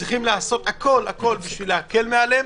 צריכים לעשות הכול בשביל להקל עליהם,